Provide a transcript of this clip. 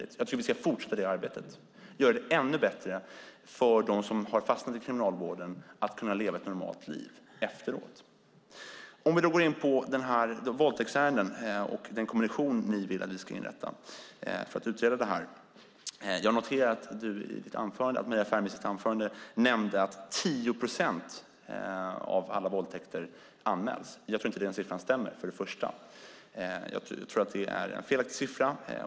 Jag tror att vi ska fortsätta med detta arbete och göra fler förbättringar för dem som har fastnat i kriminalvården att kunna leva ett normalt liv efteråt. Jag ska gå in på det som sades om våldtäktsärenden och den kommission som ni vill att vi ska inrätta för att utreda detta. Jag noterar att Maria Ferm i sitt anförande nämnde att 10 procent av alla våldtäkter anmäls. Jag tror inte att den siffran stämmer. Jag tror att det är en felaktig siffra.